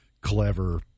clever